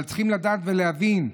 אבל צריכים לדעת ולהבין,